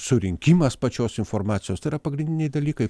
surinkimas pačios informacijos tai yra pagrindiniai dalykai